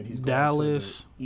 Dallas